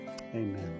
Amen